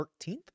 13th